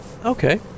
Okay